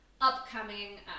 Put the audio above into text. upcoming